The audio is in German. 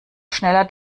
schneller